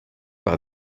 par